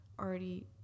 already